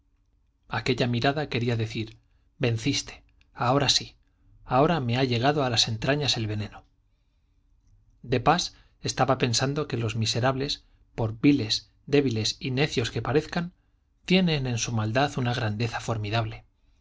aquella mirada quería decir venciste ahora sí ahora me ha llegado a las entrañas el veneno de pas estaba pensando que los miserables por viles débiles y necios que parezcan tienen en su maldad una grandeza formidable